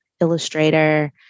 Illustrator